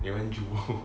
they went jewel